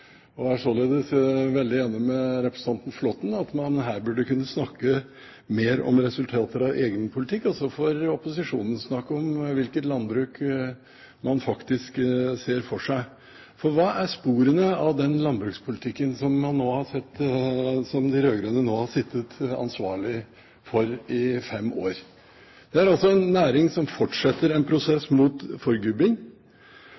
er jeg veldig enig med representanten Flåtten i at her burde man kunne snakke mer om resultater av egen politikk, og så får opposisjonen snakke om hvilket landbruk man faktisk ser for seg. Hva er sporene av den landbrukspolitikken som man nå har sett, som de rød-grønne har vært ansvarlig for i fem år? Det er altså en næring som fortsetter en